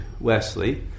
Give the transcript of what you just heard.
Wesley